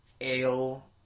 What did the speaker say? Ale